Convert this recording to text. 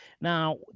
Now